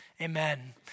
amen